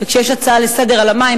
וכשיש הצעה לסדר על המים,